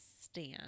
stand